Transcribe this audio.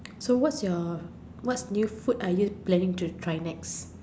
so what's your what new food are you planning to try next